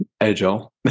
Agile